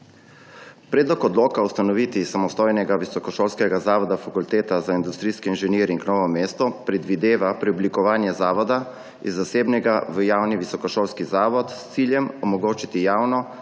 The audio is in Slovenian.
Predlog odloka o ustanovitvi samostojnega visokošolskega zavoda Fakulteta za industrijski inženiring Novo mesto predvideva preoblikovanje zavoda iz zasebnega v javni visokošolski zavod s ciljem omogočiti javno